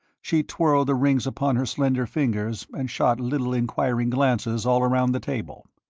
she twirled the rings upon her slender fingers and shot little enquiring glances all around the table.